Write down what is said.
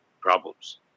problems